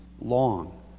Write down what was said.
long